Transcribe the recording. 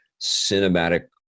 cinematic